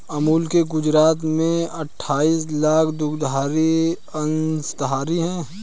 अमूल के गुजरात में अठाईस लाख दुग्धधारी अंशधारी है